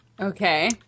Okay